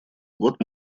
вот